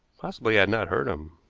possibly had not heard him.